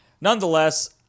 Nonetheless